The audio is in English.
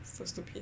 so stupid